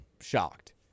shocked